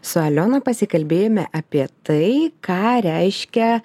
su aliona pasikalbėjome apie tai ką reiškia